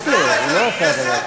הבאת את זה לכנסת בכלל?